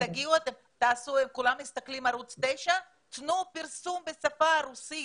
הם כולם מסתכלים על ערוץ 9, תנו פרסום בשפה הרוסית